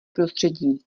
prostředí